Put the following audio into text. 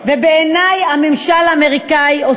לא נכנסים למשא-ומתן כשאנחנו לא יודעים לאן אנחנו הולכים.